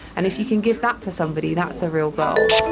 and if you can give that to somebody, that's a real goal.